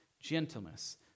gentleness